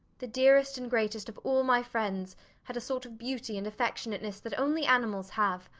the dearest and greatest of all my friends had a sort of beauty and affectionateness that only animals have.